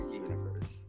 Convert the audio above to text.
universe